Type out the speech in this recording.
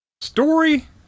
Story